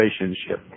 relationship